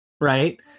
right